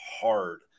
hard